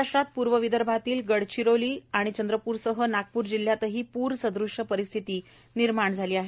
महाराष्ट्रात पूर्व विदर्भातील गडचिरोली आणि चंद्रपूरसह नागपूर जिल्ह्यातही पूर सदृश परिस्थिति निर्माण झाली आहे